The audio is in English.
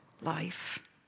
life